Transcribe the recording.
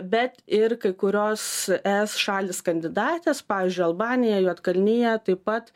bet ir kai kurios es šalys kandidatės pavyzdžiui albanija juodkalnija taip pat